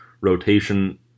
rotation